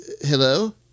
hello